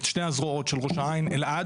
את שתי הזרועות של ראש העין אלעד,